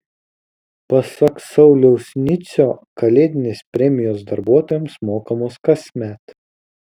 pasak sauliaus nicio kalėdinės premijos darbuotojams mokamos kasmet